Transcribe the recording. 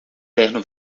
terno